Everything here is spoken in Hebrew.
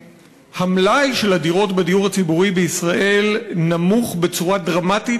המלאי של הדירות בדיור הציבורי בישראל נמוך בצורה דרמטית,